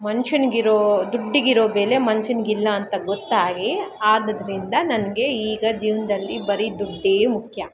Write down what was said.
ಮನುಷ್ಯನ್ಗಿರೋ ದುಡ್ಡಿಗಿರೋ ಬೆಲೆ ಮನ್ಷಂಗೆ ಇಲ್ಲ ಅಂತ ಗೊತ್ತಾಗಿ ಅದರಿಂದ ನನಗೆ ಈಗ ಜೀವನದಲ್ಲಿ ಬರಿ ದುಡ್ಡೇ ಮುಖ್ಯ